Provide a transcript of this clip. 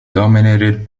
dominated